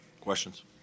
Questions